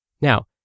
Now